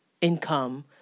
income